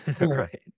Right